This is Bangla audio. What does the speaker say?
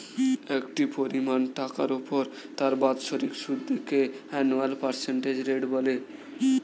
একটি পরিমাণ টাকার উপর তার বাৎসরিক সুদকে অ্যানুয়াল পার্সেন্টেজ রেট বলে